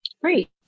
Great